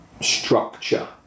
structure